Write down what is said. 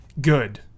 Good